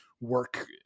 work